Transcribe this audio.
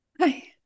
Hi